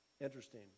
interesting